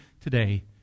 today